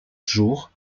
jours